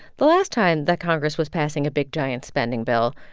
the last time that congress was passing a big, giant spending bill,